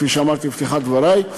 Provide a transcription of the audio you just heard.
כפי שאמרתי בפתיחת דברי,